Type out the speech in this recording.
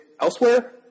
elsewhere